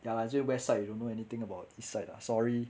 ya lah 所以 west side you don't know anything about east side lah sorry